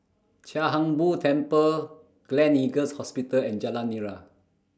Chia Hung Boo Temple Gleneagles Hospital and Jalan Nira